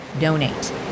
donate